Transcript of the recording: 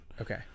Okay